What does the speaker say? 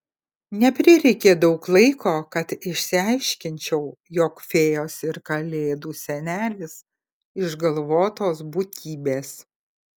neprireikė daug laiko kad išsiaiškinčiau jog fėjos ir kalėdų senelis išgalvotos būtybės